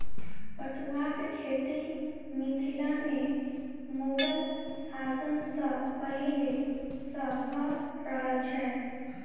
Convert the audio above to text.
पटुआक खेती मिथिला मे मुगल शासन सॅ पहिले सॅ भ रहल छै